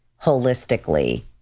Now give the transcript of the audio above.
holistically